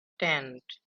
tent